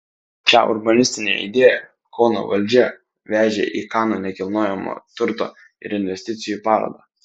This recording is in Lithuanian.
šią urbanistinę idėją kauno valdžia vežė į kanų nekilnojamojo turto ir investicijų parodą